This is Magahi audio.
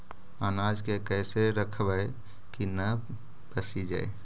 अनाज के कैसे रखबै कि न पसिजै?